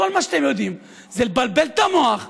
כל מה שאתם יודעים זה לבלבל את המוח,